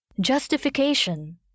Justification